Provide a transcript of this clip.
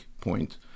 point